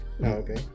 okay